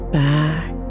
back